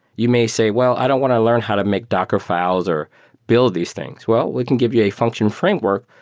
you may say, well, i don't want to learn how to make docker files or build these things. well, we can give you a function framework,